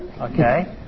Okay